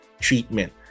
treatment